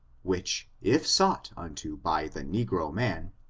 which, if sought unto by the negro man,